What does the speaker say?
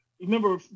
remember